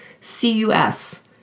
CUS